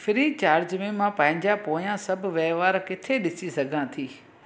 free charge में मां पंहिंजा पोयां सभु वहिंवार किथे ॾिसी सघां थी